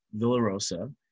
Villarosa